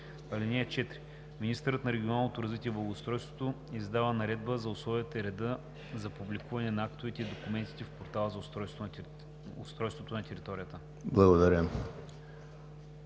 им. (4) Министърът на регионалното развитие и благоустройството издава наредба за условията и реда за публикуване на актовете и документите в Портала за устройството на територията.“